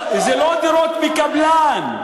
זה לא דירות מקבלן.